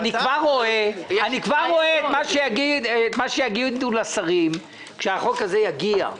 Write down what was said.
אני כבר רואה את מה שיגידו לשרים כשהצעת החוק הזאת תגיע.